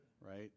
right